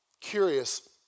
Curious